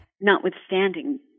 notwithstanding